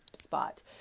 spot